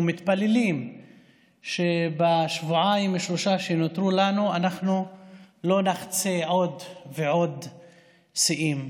ומתפללים שבשבועיים-שלושה שנותרו לנו אנחנו לא נשבור עוד ועוד שיאים.